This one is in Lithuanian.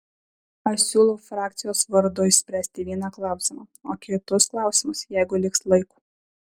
aš siūlau frakcijos vardu išspręsti vieną klausimą o kitus klausimus jeigu liks laiko